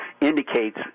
indicates